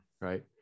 right